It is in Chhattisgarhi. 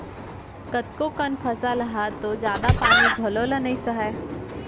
कतको कन फसल ह तो जादा पानी घलौ ल नइ सहय